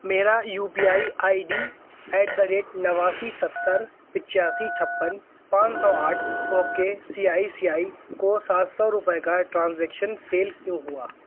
میرا UPI ID at the rate نواسی ستر پچاسی چھپن پان سو آٹھ O K C I C I کو سات سو روپے کا ٹرانزیکشن فیل کیوں ہوا